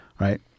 right